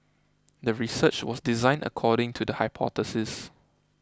the research was designed according to the hypothesis